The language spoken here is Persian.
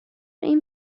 این